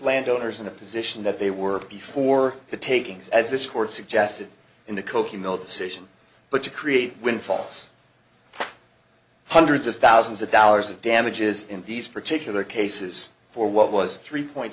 landowners in the position that they were before the takings as this court suggested in the kochi mill decision but to create windfalls hundreds of thousands of dollars of damages in these particular cases for what was three point